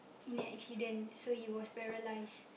in an accident so he was paralysed